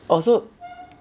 orh so